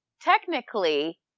technically